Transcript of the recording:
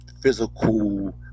physical